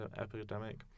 epidemic